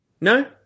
No